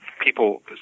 people